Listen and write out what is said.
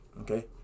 okay